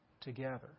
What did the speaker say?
together